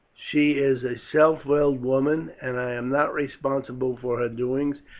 she is a self willed woman, and i am not responsible for her doings,